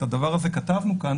ואת הדבר הזה כתבנו כאן